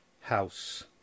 house